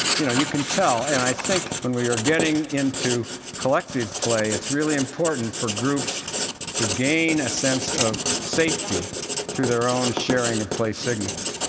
you know, you can tell and i think when we're getting into collective play, its really important for groups to gain a sense of safety through their own sharing of play signals.